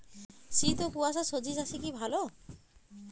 শীত ও কুয়াশা স্বজি চাষে কি ভালো?